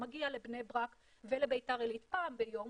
שמגיע לבני ברק ולבית"ר עלית פעם ביום,